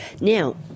Now